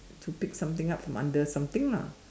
to pick something up from under something lah